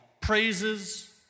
praises